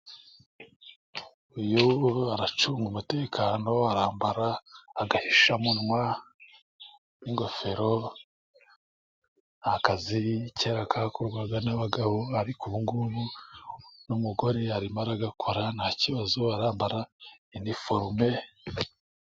Uyu aracunga umutekano, arambara agahishamuwa n'ingofero. Ni akazi kera kakorwaga n'abagabo, ariko ubu ngubu n'umugore arimo aragakora nta kibazo, arambara iniforume...